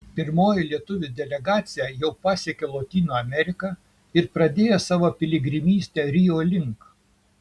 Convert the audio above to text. pirmoji lietuvių delegacija jau pasiekė lotynų ameriką ir pradėjo savo piligrimystę rio link